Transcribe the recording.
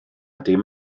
dim